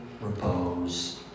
repose